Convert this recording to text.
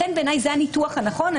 לכן בעיניי זה הניתוח הנכון.